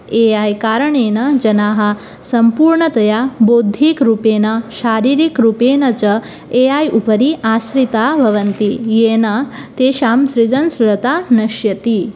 ए I कारणेन जनाः सम्पूर्णतया बौद्धिकरूपेण शारीरिकरूपेण च ए ऐ उपरि आश्रिताः भवन्ति येन तेषां सृजनसृजता नश्यति